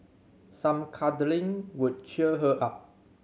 some cuddling would cheer her up